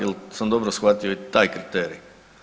Jel sam dobro shvatio i taj kriterij?